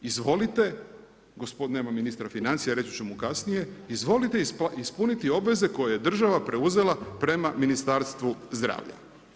Izvolite, gospodine, nema ministra financija, reći ću mu kasnije, izvolite ispuniti obveze koje je država preuzela prema Ministarstvu zdravlja.